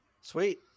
Sweet